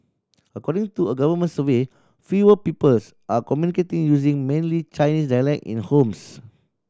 according to a government survey fewer people are communicating using mainly Chinese dialect in homes